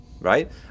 right